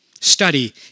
study